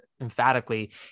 emphatically